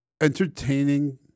entertaining